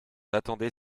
attendait